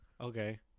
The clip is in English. Okay